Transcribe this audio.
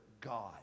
God